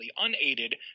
unaided